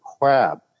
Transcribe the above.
crab